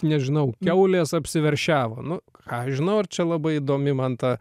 nežinau kiaulės apsiveršiavo nu ką aš žinau ar čia labai įdomi man ta